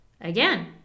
again